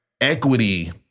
Equity